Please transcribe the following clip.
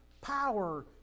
power